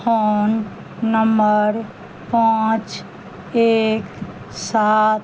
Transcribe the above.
phone नम्मर पाँच एक सात